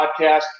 podcast